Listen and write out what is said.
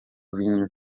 vinho